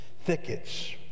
thickets